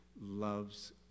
loves